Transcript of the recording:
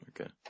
okay